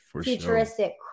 futuristic